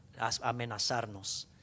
amenazarnos